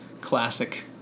classic